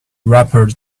wrapper